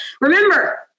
Remember